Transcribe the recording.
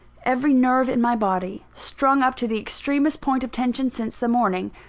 every nerve in my body, strung up to the extremest point of tension since the morning,